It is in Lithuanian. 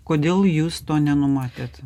kodėl jūs to nenumatėt